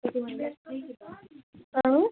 أں